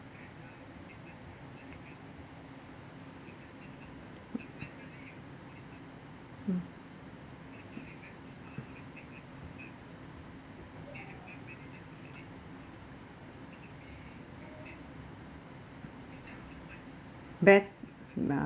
mm be~